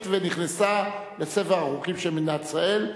ונכנסה לספר החוקים של מדינת ישראל.